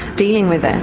dealing with this?